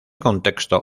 contexto